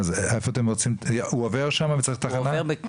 והאוטובוס איפה עובר?